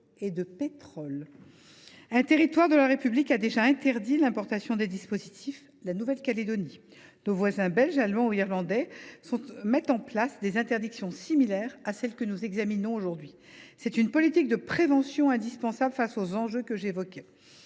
Un territoire de la République en a déjà interdit l’importation : la Nouvelle Calédonie. Nos voisins belges, allemands ou irlandais sont en train de mettre en place des interdictions similaires à celle que nous examinons aujourd’hui. C’est une politique de prévention indispensable face aux enjeux que j’évoquais.